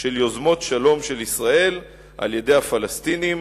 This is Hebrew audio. של יוזמות שלום של ישראל על-ידי הפלסטינים